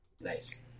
nice